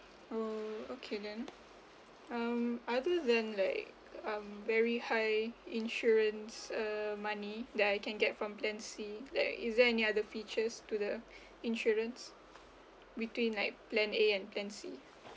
mm okay then um other then like um very high insurance uh money that I can get from plan C like is there any other features to the insurance between like plan A and plan C